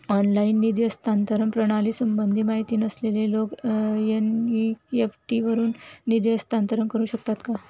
Online निधी हस्तांतरण प्रणालीसंबंधी माहिती नसलेले लोक एन.इ.एफ.टी वरून निधी हस्तांतरण करू शकतात का?